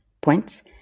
points